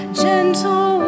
gentle